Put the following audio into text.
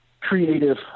creative